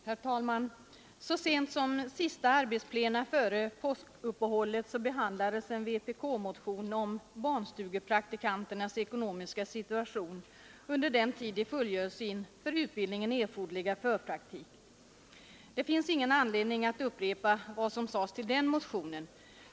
Herr talman! Så sent som vid sista arbetsplenum före påskuppehållet behandlades en vpk-motion om barnstugepraktikanternas ekonomiska situation under den tid de fullgör sin för utbildningen erforderliga förpraktik. Det finns ingen anledning att upprepa vad som sades till den motionen.